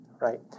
right